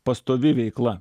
pastovi veikla